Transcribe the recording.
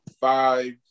five